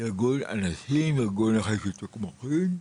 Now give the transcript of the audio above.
ארגון אנשי"ם, ארגון נכי שיתוק מוחין.